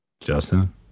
justin